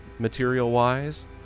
material-wise